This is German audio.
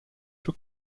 für